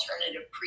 alternative